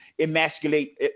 emasculate